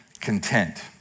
content